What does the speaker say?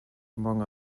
among